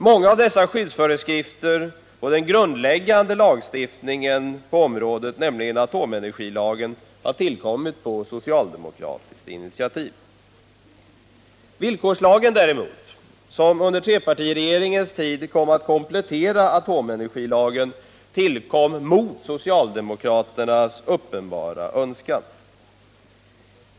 Många av dessa skyddsföreskrifter och den grundläggande lagstiftningen på området, nämligen atomenergilagen, har tillkommit på socialdemokratiskt initiativ. Villkorslagen däremot, som under trepartiregeringens tid kom att komplettera atomenergilagen, tillkom mot socialdemokraternas uppenbara önskan.